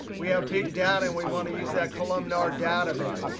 we have big data, and we want to use that columnar database.